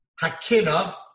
hakina